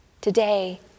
Today